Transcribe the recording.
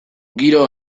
giro